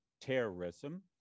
terrorism